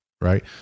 right